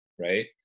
right